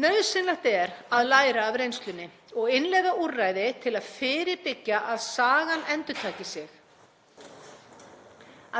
Nauðsynlegt er að læra af reynslunni og innleiða úrræði til að fyrirbyggja að sagan endurtaki sig.